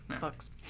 books